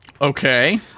Okay